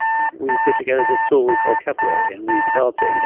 we put together this tool we called kepler and we developed it. you know